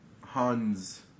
Hans